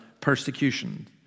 persecution